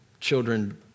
children